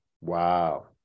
Wow